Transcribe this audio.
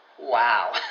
wow